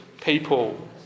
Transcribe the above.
people